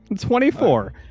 Twenty-four